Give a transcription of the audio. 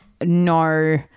no